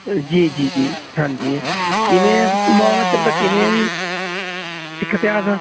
ਅ ਜੀ ਜੀ ਹਾਂਜੀ ਕਿਵੇਂ ਹੈ ਮਾਹੌਲ ਇੱਧਰ ਦਾ ਕਿਵੇਂ ਹੈ ਜੀ ਸਿੱਖ ਇਤਿਹਾਸ